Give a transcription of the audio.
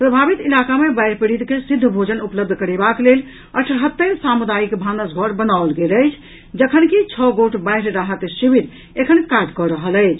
प्रभावित इलाका मे बाढ़ि पीड़ित के सिद्ध भोजन उपलब्ध करेबाक लेल अठहत्तरि सामुदायिक भानस घर बनाओल गेल अछि जखनकि छओ गोट बाढ़ि राहत शिविर एखन काज कऽ रहल अछि